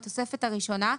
בתוספת הראשונה,